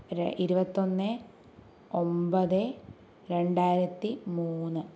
ഇരുപത്തൊന്ന് ഒമ്പത് രണ്ടായിരത്തി മൂന്ന്